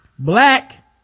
Black